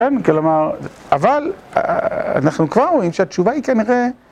כן, כלומר, אבל אנחנו כבר רואים שהתשובה היא כנראה...